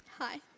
Hi